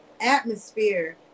atmosphere